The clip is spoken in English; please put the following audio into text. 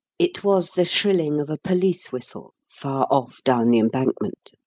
it was the shrilling of a police whistle, far off down the embankment.